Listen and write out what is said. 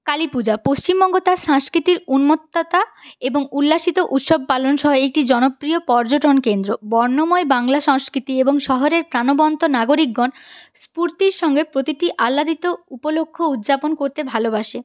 কালী পূজা পশ্চিমবঙ্গ তার সংস্কৃতির উন্মত্ততা এবং উল্লাসিত উৎসব পালন সহে একটি জনপ্রিয় পর্যটন কেন্দ্র বর্ণময় বাংলা সংস্কৃতি এবং শহরের প্রাণবন্ত নাগরিকগণ স্ফুর্তির সঙ্গে প্রতিটি আল্হাদিত উপলক্ষ উৎযাপন করতে ভালোবাসে